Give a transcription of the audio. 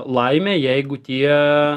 laimė jeigu tie